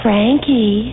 Frankie